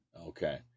Okay